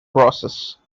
process